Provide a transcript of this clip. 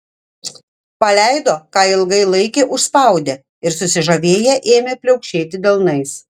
paleido ką ilgai laikė užspaudę ir susižavėję ėmė pliaukšėti delnais